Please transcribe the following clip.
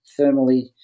thermally